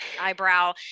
eyebrow